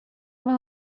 med